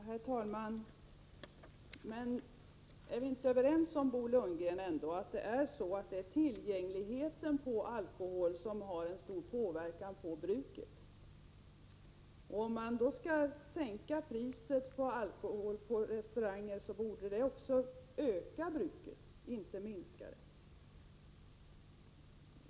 Herr talman! Är vi ändå inte överens om, Bo Lundgren, att det är tillgängligheten till alkohol som har en stark påverkan på bruket? Om priset på alkohol på restauranger skall sänkas borde det betyda att bruket ökar, inte minskar.